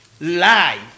lie